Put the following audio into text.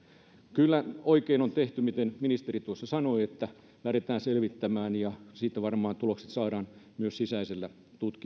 kyllä oikein on tehty siinä mitä ministeri tuossa sanoi että lähdetään selvittämään ja siitä varmaan tulokset saadaan myös sisäisellä